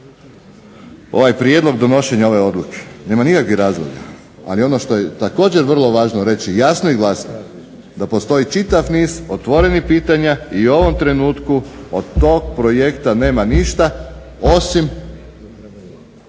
ovaj Prijedlog donošenja ove odluke, nema nikakvih razloga, ali ono što je važno reći jasno i glasno da postoji čitav niz otvorenih pitanja i ovom trenutku od tog projekta nema ništa osim